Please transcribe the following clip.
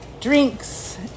drinks